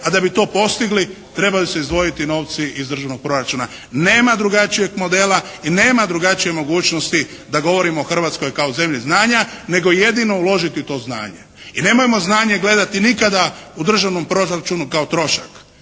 a da bi to postigli trebaju se izdvojiti novci iz državnog proračuna. Nema drugačijeg modela i nema drugačije mogućnosti da govorimo o Hrvatskoj kao zemlji znanja nego jedino uložiti u to znanje. I nemojmo znanje gledati nikada u državnom proračunu kao trošak.